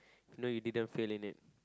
no you didn't fail in it